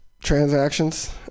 transactions